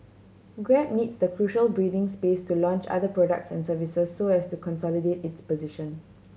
grab needs the crucial breathing space to launch other products and services so as to consolidate its position